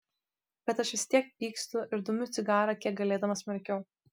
bet aš vis tiek pykstu ir dumiu cigarą kiek galėdamas smarkiau